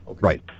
Right